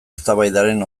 eztabaidaren